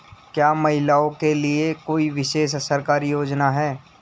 क्या महिलाओं के लिए कोई विशेष सरकारी योजना है?